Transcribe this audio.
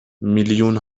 میلیون